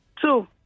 Two